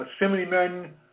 assemblymen